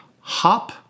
Hop